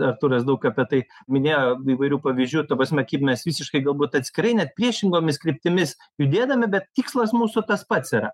artūras daug apie tai minėjo įvairių pavyzdžių ta prasme kaip mes visiškai galbūt atskirai net priešingomis kryptimis judėdami bet tikslas mūsų tas pats yra